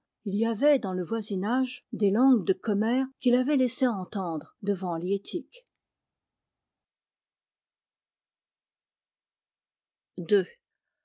il y avait dans le voisinage des langues de commères qui l'avaient laissé entendre devant